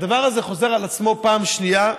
הדבר הזה חוזר על עצמו פעם שנייה,